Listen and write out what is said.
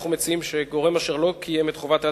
אנחנו מציעים שגורם אשר לא קיים את חובת ההתקנה,